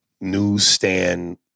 newsstand